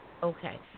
Okay